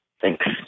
Thanks